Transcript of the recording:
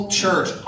church